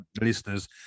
listeners